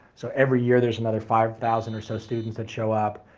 so every year there's another five thousand or so students that show up,